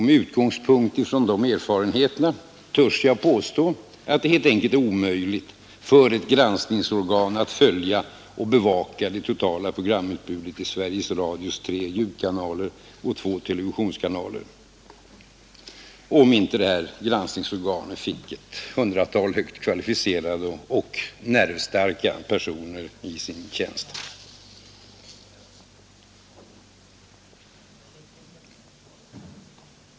Med utgångspunkt från mina erfarenheter törs jag påstå att det helt enkelt är omöjligt för ett granskningsorgan att följa och bevaka det totala programutbudet i Sveriges tre ljudkanaler och två televisionskanaler, om inte detta granskningsorgan fick ett hundratal högt kvalificerade och nervstarka personer i sin tjänst.